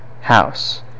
house